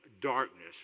darkness